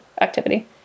activity